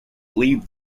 leave